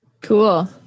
Cool